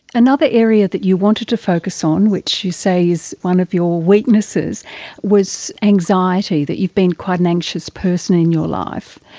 another area that you wanted to focus on which you say is one of your weaknesses was anxiety, that you've been quite an anxious person in your life.